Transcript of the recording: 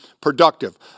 productive